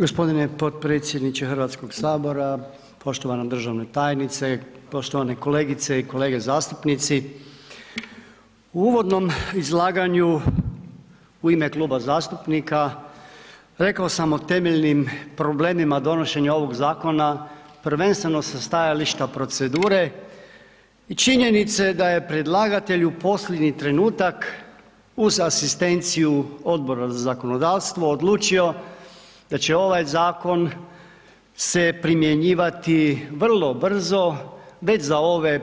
g. Potpredsjedniče HS, poštovana državna tajnice, poštovane kolegice i kolege zastupnici u uvodnom izlaganju u ime kluba zastupnika rekao sam o temeljnim problemima donošenja ovog zakona, prvenstveno sa stajališta procedure i činjenice da je predlagatelju posljednji trenutak uz asistenciju Odbora za zakonodavstvo odlučio da će ovaj zakon se primjenjivati vrlo brzo, već za ove